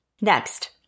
Next